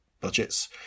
budgets